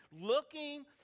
looking